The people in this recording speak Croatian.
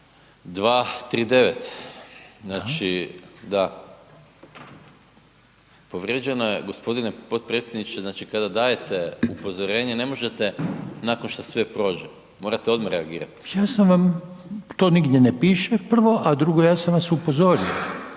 239., znači da povrijeđena je gospodine potpredsjedniče kada dajete upozorenje ne možete nakon što sve prođe, morate odmah reagirati. **Reiner, Željko (HDZ)** Ja sam vam, to nigdje ne piše prvo, a drugo ja sam vas upozorio,